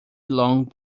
long